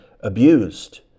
abused